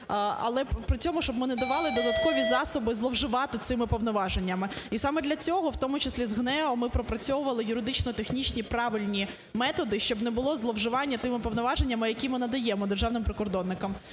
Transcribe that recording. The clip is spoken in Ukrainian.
але при цьому, щоб ми не давали додаткові засоби зловживати цими повноваженнями. І саме для цього, в тому числі з ГНЕУ, ми пропрацьовували юридично-технічні правильні методи, щоб не було зловживання тими повноваженнями, які ми надаємо державним прикордонникам.